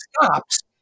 stops